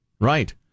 right